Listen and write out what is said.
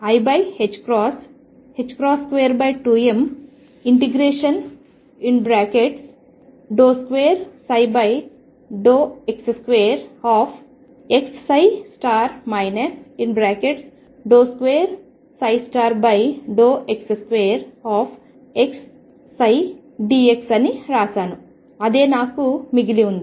మరియు ddt⟨x⟩ i22m ∫2x2x 2x2xψdx అని వ్రాసాను అదే నాకు మిగిలి ఉంది